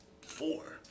four